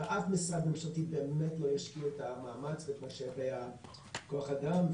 ואף משרד ממשלתי באמת לא ישקיע את המאמץ ואת משאבי כוח האדם.